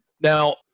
Now